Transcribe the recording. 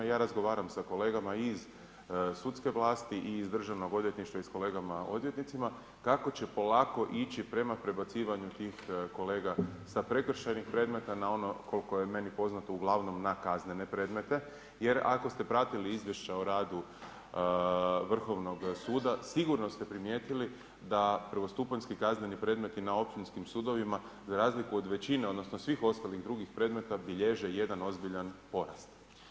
I ja razgovaram sa kolegama i iz sudske vlasti i iz državnog odvjetništva i sa kolegama odvjetnicima kako će polako ići prema prebacivanju tih kolega sa prekršajnih predmeta na ono koliko je meni poznato uglavnom na kaznene predmete jer ako ste pratili izvješća o radu Vrhovnog suda sigurno ste primijetili da prvostupanjski kazneni predmeti na općinskim sudovima za razliku od većine, odnosno svih ostalih drugih predmeta bilježe jedan ozbiljan porast.